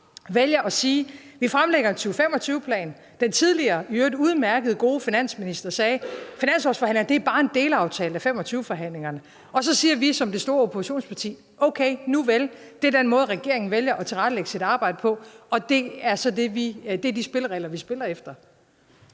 valgte at sige, at den vilte fremlægge en 2025-plan. Den tidligere og i øvrigt udmærkede og gode finansminister sagde: Finanslovsforhandlingerne er bare en delaftale af 2025-forhandlingerne. Så siger vi som det store oppositionsparti: Okay, nuvel, det er den måde, regeringen vælger at tilrettelægge sit arbejde på, og det er de spilleregler, vi spiller efter.